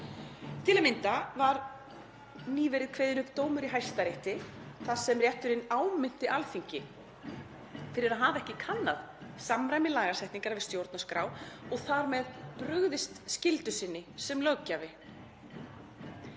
Til að mynda var nýverið kveðinn upp dómur í Hæstarétti þar sem rétturinn áminnti Alþingi fyrir að hafa ekki kannað samræmi lagasetningar við stjórnarskrá og þar með brugðist skyldu sinni sem löggjafi.